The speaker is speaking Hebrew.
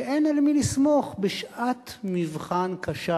שאין על מי לסמוך בשעת מבחן קשה.